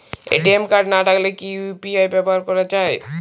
ATM card না থাকলে কি ইউ.পি.আই ব্যবহার করা য়ায়?